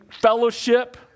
fellowship